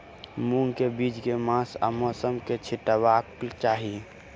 मूंग केँ बीज केँ मास आ मौसम मे छिटबाक चाहि?